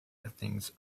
things